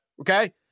Okay